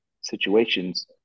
situations